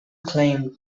claimed